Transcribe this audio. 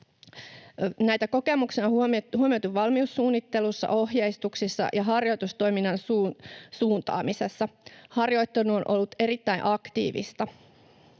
Näitä kokemuksia on huomioitu valmiussuunnittelussa, ‑ohjeistuksissa ja ‑harjoitustoiminnan suuntaamisessa. Harjoittelu on ollut erittäin aktiivista.